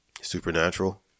Supernatural